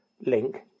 link